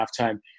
halftime